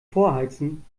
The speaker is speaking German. vorheizen